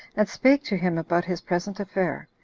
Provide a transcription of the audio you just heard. and spake to him about his present affair.